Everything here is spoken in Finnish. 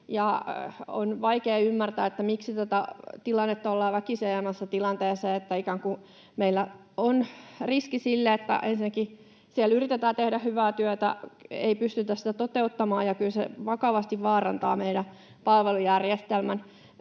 On vaikea ymmärtää, miksi tätä tilannetta ollaan väkisin ajamassa siihen, että ikään kuin meillä on riski siihen, että ensinnäkin vaikka siellä yritetään tehdä hyvää työtä, ei pystytä sitä toteuttamaan. Kyllä se vakavasti vaarantaa meidän palvelujärjestelmän.